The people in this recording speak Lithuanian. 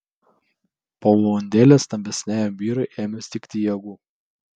po valandėlės stambesniajam vyrui ėmė stigti jėgų